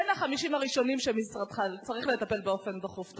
בין ה-50 הראשונים שמשרדך צריך לטפל בהם באופן דחוף.